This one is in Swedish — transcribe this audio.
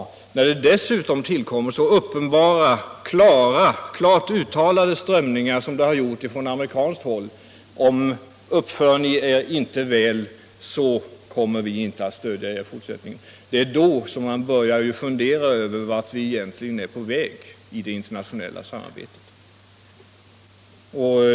Och när det dessutom tillkommer så uppenbara och klart uttalade strömningar som det har gjort på amerikanskt håll, där u-länderna fått veta, att uppför ni er inte väl, så kommer vi inte att stödja er i fortsättningen, kan vi ju börja fundera över vart vi egentligen är på väg i det internationella samarbetet.